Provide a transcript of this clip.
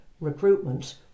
recruitment